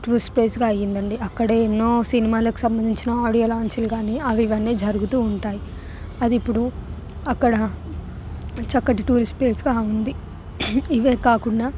tourist ప్లేస్గా అయ్యిందండి అక్కడెన్నో సినిమాలకు సంబంధించిన ఆడియో లాంచ్లు కాని అవి ఇవన్ని జరుగుతూ ఉంటాయి అది ఇప్పుడు అక్కడ చక్కటి టూరిస్ట్ ప్లేస్గా ఉంది ఇవే కాకుండా